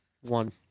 One